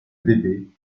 bébé